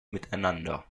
miteinander